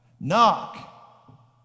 Knock